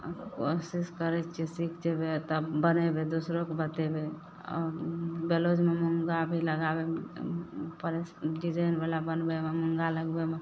कोशिश करय छियै सीख जेबय तब बनेबय दोसरोके बतेबय आओर ब्लाउजमे भी मूँगा भी लगाबयमे पड़य डिजाइनवला बनबयमे मूँगा लगबयमे